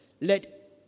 Let